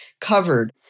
covered